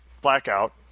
blackout